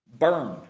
burn